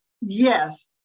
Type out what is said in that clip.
Yes